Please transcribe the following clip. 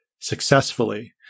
successfully